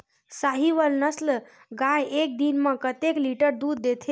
साहीवल नस्ल गाय एक दिन म कतेक लीटर दूध देथे?